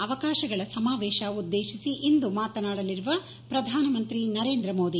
ಅವಕಾಶಗಳ ಸಮಾವೇಶ ಉದ್ದೇಶಿಸಿ ಇಂದು ಮಾತನಾಡಲಿರುವ ಪ್ರಧಾನಮಂತ್ರಿ ನರೇಂದ್ರ ಮೋದಿ